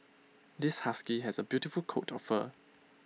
this husky has A beautiful coat of fur